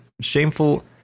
shameful